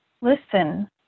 listen